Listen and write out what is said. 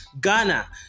Ghana